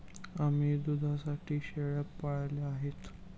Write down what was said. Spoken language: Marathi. आम्ही दुधासाठी शेळ्या पाळल्या आहेत